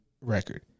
record